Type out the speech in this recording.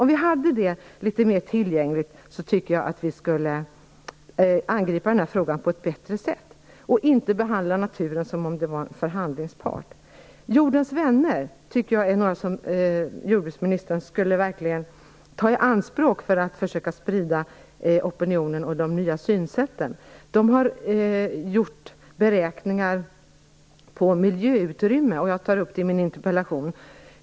Om vi hade det litet mer tillgängligt tror jag att vi skulle angripa den här frågan på ett bättre sätt och inte behandla naturen som om den var en förhandlingspart. Jordens vänner tycker jag är en grupp människor som jordbruksministern verkligen skulle ta i anspråk för att försöka sprida de nya synsätten och påverka opinionen. De har gjort beräkningar på miljöutrymme. Jag tar upp det i min interpellation.